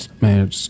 Man